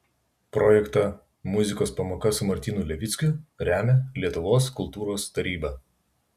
projektą muzikos pamoka su martynu levickiu remia lietuvos kultūros taryba